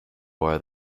war